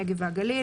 הנגב והגליל,